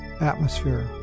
atmosphere